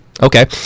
okay